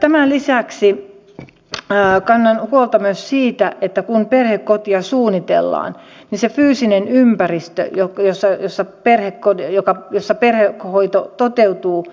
tämän lisäksi kannan huolta myös siitä että kun perhekotia suunnitellaan siinä fyysisessä ympäristössä jossa perhehoito toteutuu